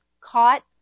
caught